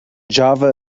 java